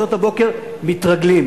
לשעות הבוקר מתרגלים.